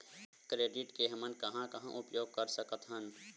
Credit के हमन कहां कहा उपयोग कर सकत हन?